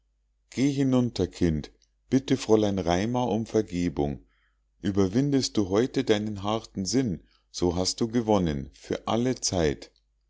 geh hinunter kind bitte fräulein raimar um vergebung ueberwindest du heute deinen harten sinn so hast du gewonnen für alle zeit